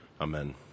Amen